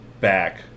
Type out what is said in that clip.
back